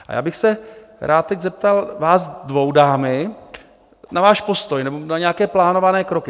A já bych se rád teď zeptal vás dvou, dámy, na váš postoj nebo na nějaké plánované kroky.